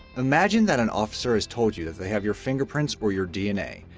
imagine that an officer has told you that they have your fingerprints or your dna,